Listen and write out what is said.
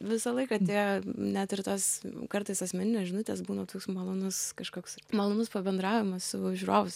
visą laiką tie net ir tas kartais asmeninės žinutės būna toks malonus kažkoks malonus pabendravimas su žiūrovais